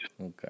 Okay